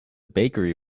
bakery